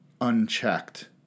unchecked